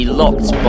locked